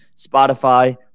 Spotify